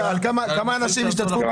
עכברים.